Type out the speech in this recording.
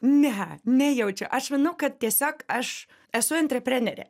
ne nejaučiu aš manau kad tiesiog aš esu antreprenerė